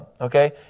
okay